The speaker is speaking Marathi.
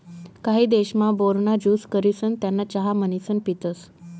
काही देशमा, बोर ना ज्यूस करिसन त्याना चहा म्हणीसन पितसं